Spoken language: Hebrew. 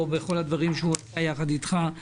נאמנה בכל הדברים שהוא עושה ביחד אתך.